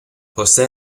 posee